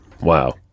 Wow